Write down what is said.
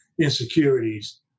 insecurities